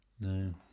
No